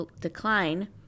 decline